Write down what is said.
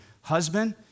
husband